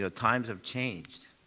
so times have changed.